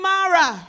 Mara